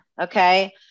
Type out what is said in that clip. Okay